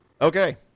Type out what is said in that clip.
Okay